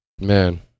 Man